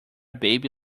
baby